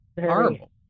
Horrible